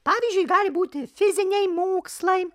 pavyzdžiui gali būti fiziniai mokslai